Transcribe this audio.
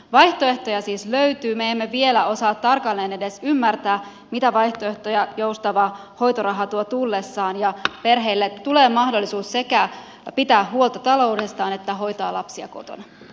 vaihtoehtoja siis löytyy me emme vielä osaa tarkalleen edes ymmärtää mitä vaihtoehtoja joustava hoitoraha tuo tullessaan ja perheille tulee mahdollisuus sekä pitää huolta taloudestaan että hoitaa lapsia kotona